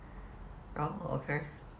orh okay